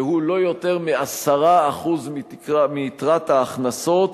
והוא לא יותר מ-10% מיתרת ההכנסות